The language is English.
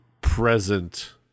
present